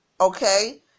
okay